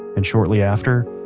and shortly after,